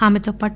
ఆమెతో పాటు